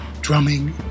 drumming